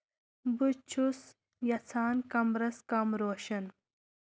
بہٕ چھُس یژھان کمرَس کم روشن